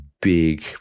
big